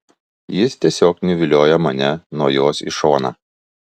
jis tiesiog nuviliojo mane nuo jos į šoną